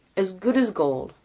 as good as gold,